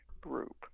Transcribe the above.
group